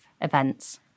events